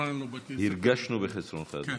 אבל אני לא באתי, הרגשנו בחסרונך, אדוני.